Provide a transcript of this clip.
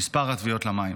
במספר הטביעות במים.